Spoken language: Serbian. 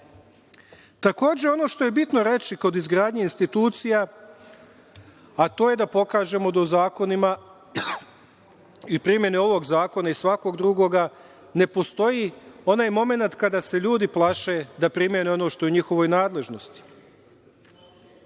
jasno. Takođe, ono što je bitno reći kod izgradnje institucija jeste da pokažemo da u zakonima i kod primene ovog zakona i svakog drugog, ne postoji onaj momenat kada se ljudi plaše da primene ono što je u njihovoj nadležnosti,